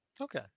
Okay